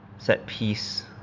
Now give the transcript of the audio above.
set-piece